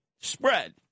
spread